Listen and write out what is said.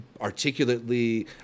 articulately